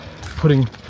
putting